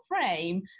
frame